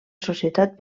societat